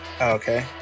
Okay